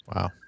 Wow